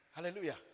Hallelujah